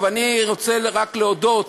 אני רוצה רק להודות,